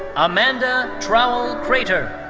amanda trowell crater.